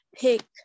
pick